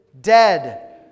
dead